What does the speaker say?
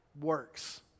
works